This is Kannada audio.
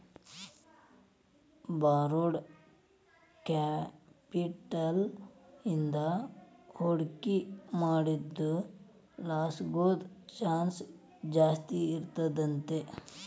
ಬಾರೊಡ್ ಕ್ಯಾಪಿಟಲ್ ಇಂದಾ ಹೂಡ್ಕಿ ಮಾಡಿದ್ದು ಲಾಸಾಗೊದ್ ಚಾನ್ಸ್ ಜಾಸ್ತೇಇರ್ತದಂತ